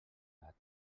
gat